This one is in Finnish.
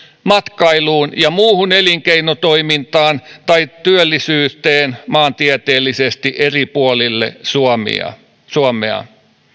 matkailuun ja muuhun elinkeinotoimintaan tai työllisyyteen maantieteellisesti eri puolilla suomea suomea